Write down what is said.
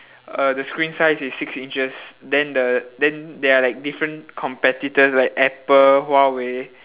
uh the screen size is six inches then the then there are like different competitors like apple huawei